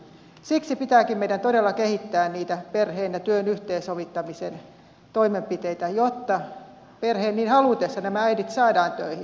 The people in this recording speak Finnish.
siksi pitääkin meidän todella kehittää niitä perheen ja työn yhteensovittamisen toimenpiteitä jotta perheen niin halutessa nämä äidit saadaan töihin